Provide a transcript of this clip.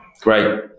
Great